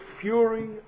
fury